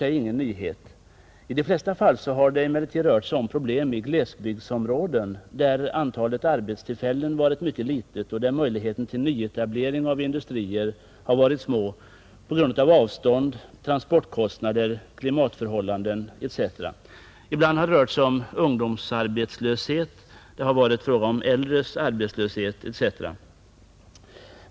I de flesta fallen har det emellertid rört sig om problem i glesbygdsområden, där antalet arbetstillfällen varit mycket litet och där möjligheterna till nyetablering av industrier har varit små på grund av avstånd, transportkostnader, klimatförhållanden etc. Ibland har det rört sig om ungdomsarbetslöshet, det har också varit fråga om arbetslöshet för äldre.